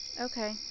Okay